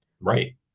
right